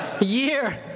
year